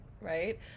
right